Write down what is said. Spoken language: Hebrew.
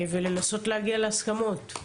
ולנסות להגיע להסכמות,